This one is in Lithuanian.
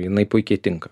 jinai puikiai tinka